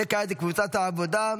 וכעת קבוצת סיעת העבודה: